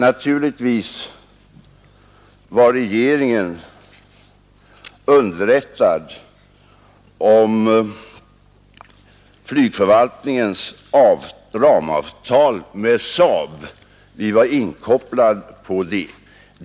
Naturligtvis var regeringen underrättad om flygförvaltningens ramavtal med SAAB — vi var inom regeringen inkopplade på det.